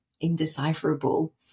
indecipherable